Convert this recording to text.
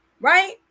right